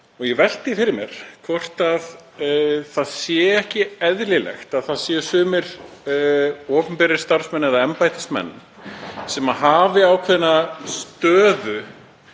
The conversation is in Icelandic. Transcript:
Ég velti því fyrir mér hvort það sé ekki eðlilegt að það séu sumir opinberir starfsmenn eða embættismenn sem hafi ákveðna stöðu